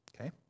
Okay